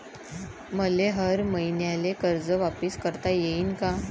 मले हर मईन्याले कर्ज वापिस करता येईन का?